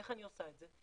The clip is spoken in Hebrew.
איך אני עושה את זה?